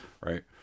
right